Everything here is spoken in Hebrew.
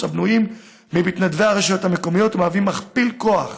הבנויים ממתנדבי הרשויות המקומיות ומהווים מכפיל כוח